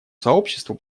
сообществу